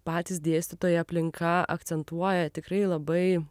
patys dėstytojai aplinka akcentuoja tikrai labai